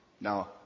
Now